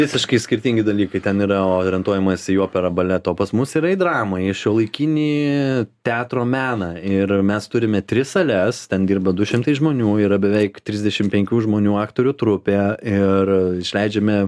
visiškai skirtingi dalykai ten yra orientuojamasi į operą baletą o pas mus yra į dramą į šiuolaikinį teatro meną ir mes turime tris sales ten dirba du šimtai žmonių yra beveik trisdešim penkių žmonių aktorių trupė ir išleidžiame